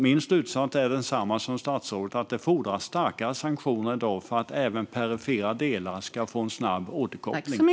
Min slutsats är densamma som statsrådets; det fordras i dag starkare sanktioner för att även perifera delar ska få en snabb återkoppling.